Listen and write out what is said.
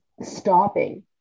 stopping